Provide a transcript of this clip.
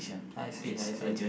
I see I see